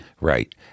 Right